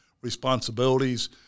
responsibilities